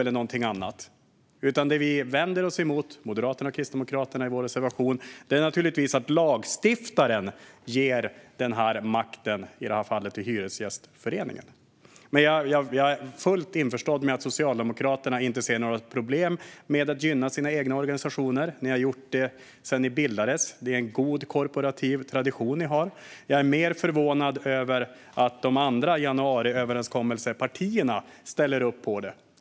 Det vi moderater och kristdemokrater vänder oss emot i vår reservation är naturligtvis att lagstiftaren i det här fallet ger makten till Hyresgästföreningen. Jag är dock fullt införstådd med att Socialdemokraterna inte ser några problem med att gynna sina egna organisationer. Ni har gjort det sedan ni bildades. Det är en god korporativ tradition ni har. Jag är mer förvånad över att de andra partierna i januariöverenskommelsen ställer upp på det.